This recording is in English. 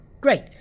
Great